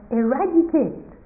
eradicate